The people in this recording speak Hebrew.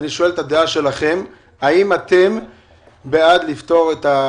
האם אתם בעד הפטור?